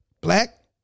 Black